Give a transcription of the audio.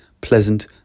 pleasant